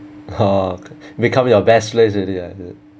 oh become your best place already ah